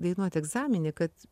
dainuot egzamine kad